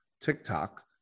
TikTok